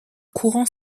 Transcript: courant